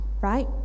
right